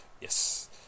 Yes